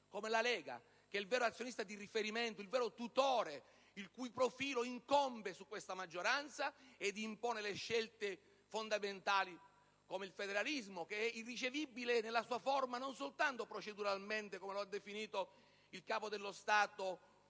come la Lega, che è il vero azionista di riferimento, il vero tutore, il cui profilo incombe su questa maggioranza ed impone scelte fondamentali, come il federalismo, che è irricevibile nella sua forma, non soltanto proceduralmente come disse il Capo dello Stato